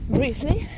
briefly